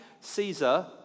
Caesar